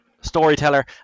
Storyteller